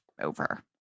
over